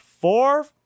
four